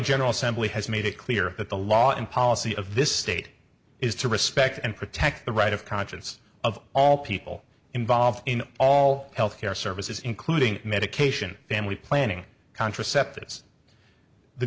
general assembly has made it clear that the law and policy of this state is to respect and protect the right of conscience of all people involved in all health care services including medication family planning contraceptives the